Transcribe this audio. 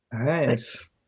Nice